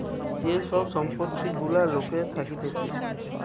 যে সব সম্পত্তি গুলা লোকের থাকতিছে